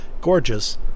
gorgeous